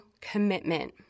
commitment